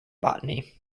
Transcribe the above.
botany